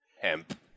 Hemp